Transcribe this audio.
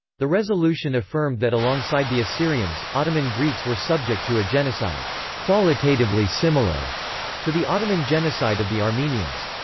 the resolution affirmed that alongside the assyrians, ottoman greeks were subject to a genocide qualitatively similar to the ottoman genocide of the armenians.